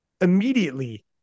immediately